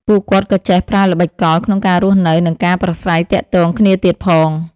ពួកគាត់ក៏ចេះប្រើល្បិចកលក្នុងការរស់នៅ និងការប្រាស្រ័យទាក់ទងគ្នាទៀតផង។